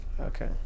Okay